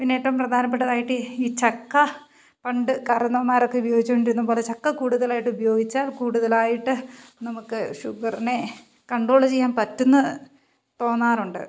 പിന്നെ ഏറ്റവും പ്രധാനപ്പെട്ടതായിട്ട് ഈ ചക്ക പണ്ട് കാരണവന്മാരൊക്കെ ഉപയോഗിച്ചു കൊണ്ടിരുന്നതുപോലെ ചക്ക കൂടുതലായിട്ട് ഉപയോഗിച്ചാൽ കൂടുതലായിട്ട് നമുക്ക് ഷുഗറിനെ കൺട്രോള് ചെയ്യാൻ പറ്റുമെന്നു തോന്നാറുണ്ട്